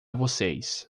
vocês